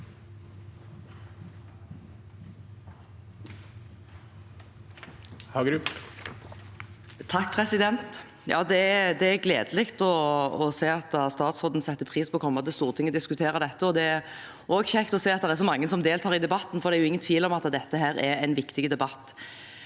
Hagerup (H) Det er gledelig å se at statsråden setter pris på å komme til Stortinget for å diskutere dette. Det er også kjekt å se at det er så mange som vil delta i debatten, for det er ingen tvil om at dette er en viktig debatt.